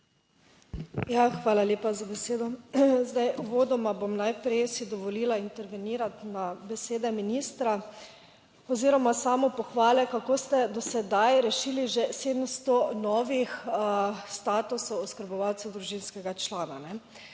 hvala lepa za besedo. Zdaj uvodoma bom najprej si dovolila intervenirati na besede ministra oziroma samo pohvale, kako ste do sedaj rešili že 700 novih statusov oskrbovalcev družinskega člana,